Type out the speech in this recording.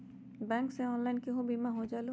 Bank से online केहु बिमा हो जाईलु?